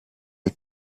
del